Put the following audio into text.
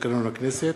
לתקנון הכנסת,